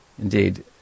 Indeed